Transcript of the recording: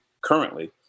currently